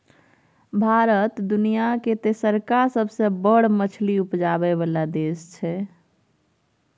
भारत दुनिया के तेसरका सबसे बड़ मछली उपजाबै वाला देश हय